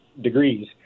degrees